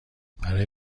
برای